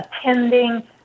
attending